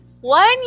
one